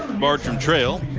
bartram trail.